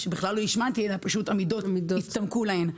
כשבכלל לא השמנתי אלא פשוט המידות הצטמקו להן.